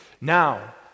Now